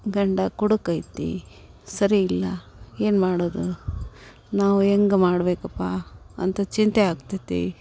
ಗಂಡ ಕುಡುಕೈತಿ ಸರಿಯಿಲ್ಲ ಏನು ಮಾಡೋದು ನಾವು ಹೆಂಗ್ ಮಾಡಬೇಕಪ್ಪ ಅಂತ ಚಿಂತೆ ಆಕ್ತತಿ